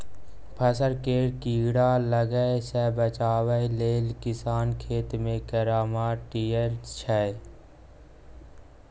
फसल केँ कीड़ा लागय सँ बचाबय लेल किसान खेत मे कीरामार छीटय छै